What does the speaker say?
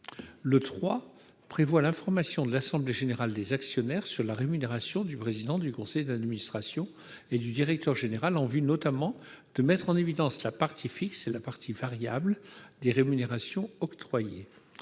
tend à assurer l'information de l'assemblée générale des actionnaires sur la rémunération du président du conseil d'administration et du directeur général, en vue, notamment, de mettre en évidence la partie fixe et la partie variable des rémunérations octroyées.